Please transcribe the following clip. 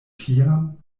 tiam